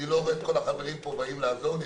אני לא רואה את כל החברים פה באים לעזור לי.